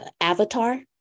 avatar